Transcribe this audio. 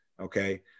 Okay